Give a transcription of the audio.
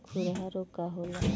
खुरहा रोग का होला?